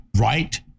right